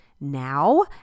now